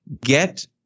Get